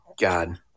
God